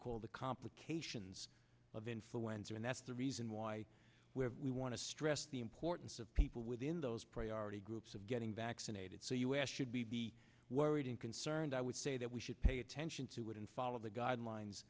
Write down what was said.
call the complications of influenza and that's the reason why we want to stress the importance of people within those priority groups of getting vaccinated so us should be worried and concerned i would say that we should pay attention to it and follow the guidelines